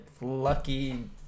lucky